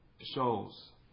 shows